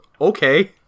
okay